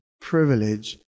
privilege